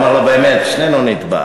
הוא אומר לו: באמת, שנינו נטבע.